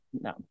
No